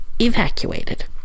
evacuated